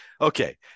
Okay